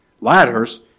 Ladders